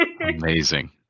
Amazing